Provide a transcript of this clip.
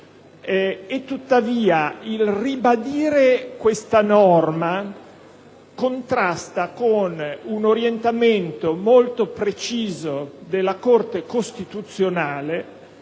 Tuttavia, il ribadire questa norma contrasta con un orientamento molto preciso della Corte costituzionale,